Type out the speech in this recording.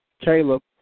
Caleb